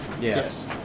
Yes